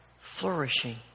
flourishing